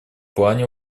плане